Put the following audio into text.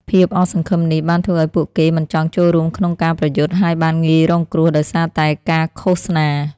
ភាពអស់សង្ឃឹមនេះបានធ្វើឲ្យពួកគេមិនចង់ចូលរួមក្នុងការប្រយុទ្ធ ហើយបានងាយរងគ្រោះដោយសារតែការឃោសនា។